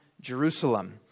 Jerusalem